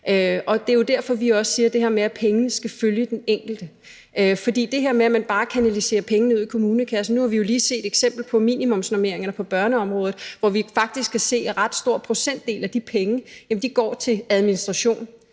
og det er jo derfor, at vi også siger det her med, at pengene skal følge den enkelte. For det her med, at man bare kanaliserer pengene ud i kommunekassen, tror vi ikke på. Nu har vi jo lige set eksemplet med minimumsnormeringerne på børneområdet, hvor vi faktisk kan se, at en ret stor procentdel af de penge går til administration.